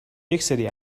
یکسری